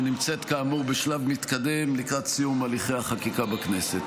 שנמצאת כאמור בשלב מתקדם לקראת סיום הליכי החקיקה בכנסת.